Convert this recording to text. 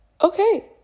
Okay